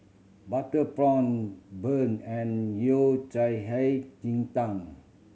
butter prawn bun and Yao Cai Hei Ji Tang